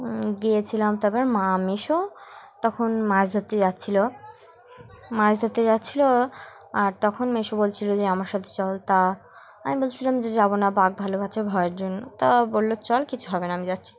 গিয়েছিলাম তারপর মা মিশো তখন মাছ ধরতে যাচ্ছিলো মাছ ধরতে যাচ্ছিলো আর তখন মিশো বলছিলো যে আমার সাথে চল তা আমি বলছিলাম যে যাবো না বাঘ ভাল্লুক আছে ভয়ের জন্য তা বললো চল কিছু হবে না আমি যাচ্ছি